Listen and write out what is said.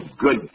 good